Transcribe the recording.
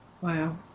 Wow